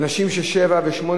אנשים ששבעה ושמונה